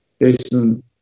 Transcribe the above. Listen